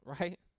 right